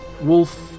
wolf